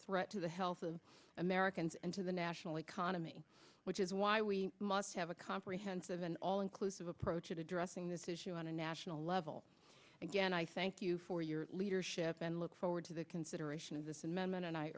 threat to the health of americans and to the national economy which is why we must have a comprehensive an all inclusive approach of addressing this issue on a national level again i thank you for your leadership and look forward to the consideration of this amendmen